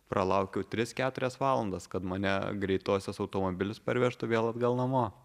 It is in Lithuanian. pralaukiau tris keturias valandas kad mane greitosios automobilis parvežtų vėl atgal namo